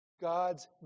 God's